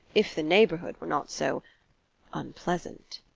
if the neighbourhood were not so unpleasant.